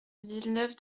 villeneuve